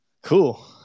Cool